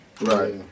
Right